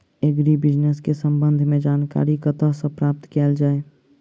Agri business केँ संबंध मे जानकारी कतह सऽ प्राप्त कैल जाए?